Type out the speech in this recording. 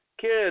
kids